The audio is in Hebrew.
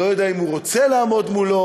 לא יודע אם הוא רוצה לעמוד מולו,